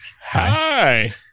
Hi